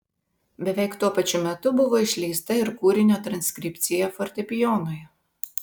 beveik tuo pačiu metu buvo išleista ir kūrinio transkripcija fortepijonui